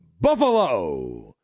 Buffalo